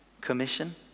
commission